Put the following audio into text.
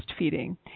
breastfeeding